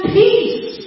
peace